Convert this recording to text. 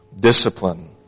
discipline